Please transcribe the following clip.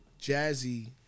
Jazzy